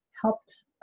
helped